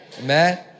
Amen